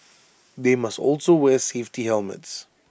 they must also wear safety helmets